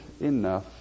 enough